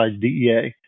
DEA